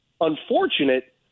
unfortunate